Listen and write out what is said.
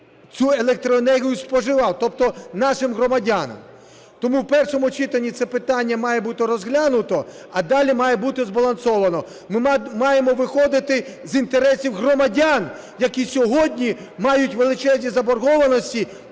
цю електроенергію споживав, тобто нашим громадянам. Тому в першому читанні це питання має бути розглянуто, а далі має бути збалансовано. Ми маємо виходити з інтересів громадян, які сьогодні мають величезні заборгованості,